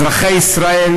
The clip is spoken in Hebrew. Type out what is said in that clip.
אזרחי ישראל